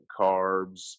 carbs